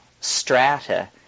strata